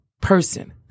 person